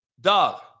Dog